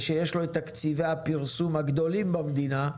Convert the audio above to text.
ושיש לו את תקציבי הפרסום הגדולים במדינה,